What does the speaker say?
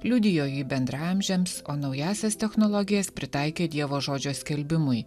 liudijo jį bendraamžiams o naująsias technologijas pritaikė dievo žodžio skelbimui